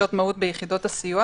ביחידות הסיוע